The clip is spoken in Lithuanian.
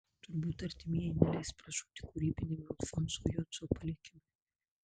turbūt artimieji neleis pražūti kūrybiniam alfonso jocio palikimui